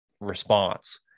response